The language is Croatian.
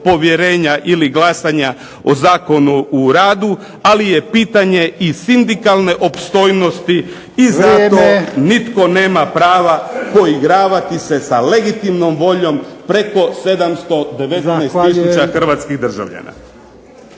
povjerenja ili glasanja o Zakonu o radu, ali je pitanje i sindikalne opstojnosti i zato nitko nema prava poigravati se sa legitimnom voljom preko 719000 hrvatskih državljana.